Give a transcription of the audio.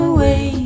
Away